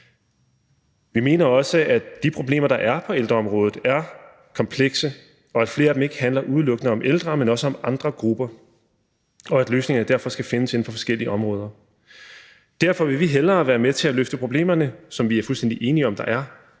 Jeg mener også, at de problemer, der er på ældreområdet, er komplekse, og at flere af dem ikke udelukkende handler om ældre, men også om andre grupper, og at løsningen derfor skal findes inden for forskellige områder. Derfor vil vi hellere være med til at løfte problemerne, som vi er enige om at der er,